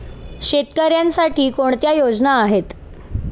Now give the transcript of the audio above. शेतकऱ्यांसाठी कोणत्या योजना आहेत?